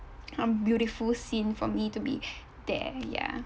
um beautiful scene for me to be there ya